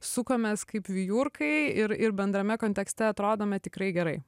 sukamės kaip vijurkai ir ir bendrame kontekste atrodome tikrai gerai